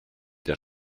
der